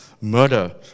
murder